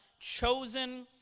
chosen